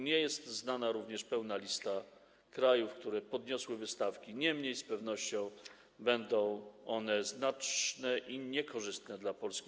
Nie jest znana również pełna lista krajów, które podniosłyby stawki, niemniej z pewnością będą one znaczne i niekorzystne dla Polski.